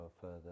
further